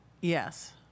Yes